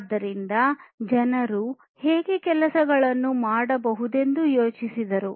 ಆದ್ದರಿಂದ ಜನರು ಹೇಗೆ ಕೆಲಸಗಳನ್ನು ಮಾಡಬಹುದೆಂದು ಯೋಚಿಸಿದರು